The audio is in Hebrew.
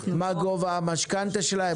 מה גובה המשכנתה שלהם?